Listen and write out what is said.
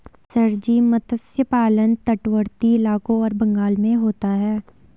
sir ji मत्स्य पालन तटवर्ती इलाकों और बंगाल में होता है